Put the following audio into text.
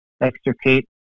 extricate